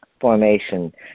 formation